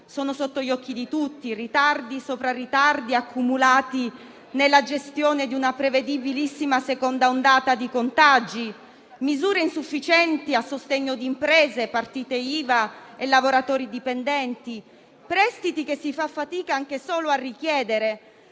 sono sotto gli occhi di tutti: ritardi sopra ritardi accumulati nella gestione di una prevedibilissima seconda ondata di contagi; misure insufficienti a sostegno di imprese, partite IVA e lavoratori dipendenti; prestiti che si fa fatica anche solo a richiedere;